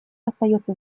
остается